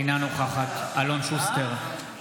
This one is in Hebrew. אינה נוכחת אלון שוסטר,